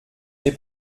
n’es